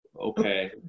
okay